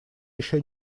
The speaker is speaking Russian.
еще